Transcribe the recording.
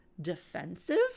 defensive